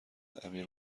امیر